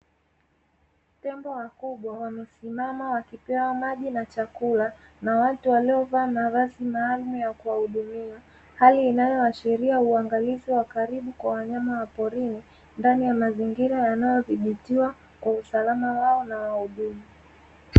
Tembo wakubwa wamesimama wakipewa maji na chakula na watu waliovaa mavazi maalumu ya kuwahudumia. Hali inayoashiria uangalizi wa karibu kwa wanyama wa porini ndani ya mazingira yanayodhibitiwa kwa usalama wao na wahudumu.